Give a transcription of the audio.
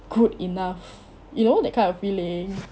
good enough you know that kind of feeling